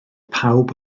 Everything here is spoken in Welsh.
pawb